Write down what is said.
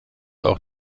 auch